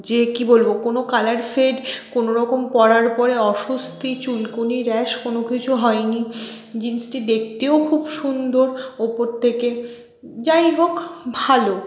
যে কী বলবো কোনো কালার ফেড কোনো রকম পরার পরে অস্বস্তি চুলকুনি র্যাশ কোনো কিছু হয় নি জিন্সটি দেখতেও খুব সুন্দর ওপর থেকে যাই হোক ভালো